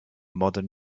modern